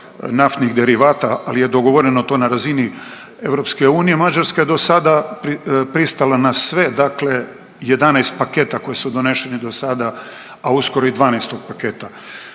naftnih derivata ali je dogovoreno to na razini Europske unije, Mađarska je do sada pristala na sve, dakle 11 paketa koji su doneseni do sada, a uskoro i 12-og paketa.